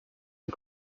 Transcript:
and